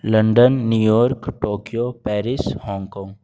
London New York Tokyo Paris Hong Kong